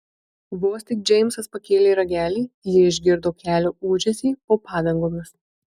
vos tik džeimsas pakėlė ragelį ji išgirdo kelio ūžesį po padangomis